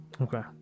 Okay